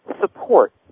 support